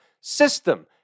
system